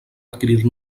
adquirir